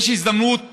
יש הזדמנות פז,